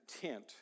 content